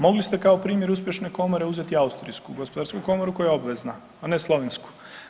Mogli ste kao primjer uspješne komore uzeti austrijsku gospodarsku komoru koja je obvezna, a ne slovensku.